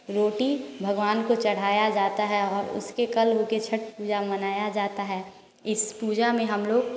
रोटी भगवान को चढ़ाया जाता है और उसके कल छठ पूजा मनाया जाता है इस पूजा में हम लोग